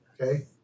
Okay